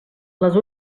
les